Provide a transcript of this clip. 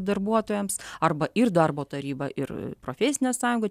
darbuotojams arba ir darbo taryba ir profesinė sąjunga